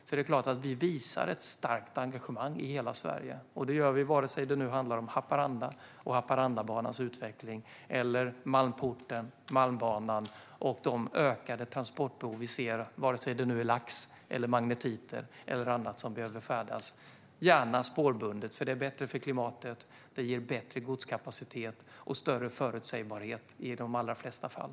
Så det är klart att vi visar ett starkt engagemang i hela Sverige, oavsett om det handlar om Haparanda och Haparandabanans utveckling eller Malmporten, Malmbanan och de ökade transportbehov vi ser; det kan gälla lax, magnetiter eller annat som behöver färdas, gärna spårbundet. Det är bättre för klimatet och ger bättre godskapacitet och större förutsägbarhet i de allra flesta fall.